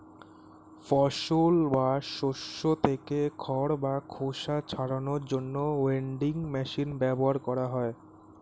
ফসল বা শস্য থেকে খড় বা খোসা ছাড়ানোর জন্য উইনউইং মেশিন ব্যবহার করা হয়